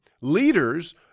Leaders